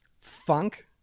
Funk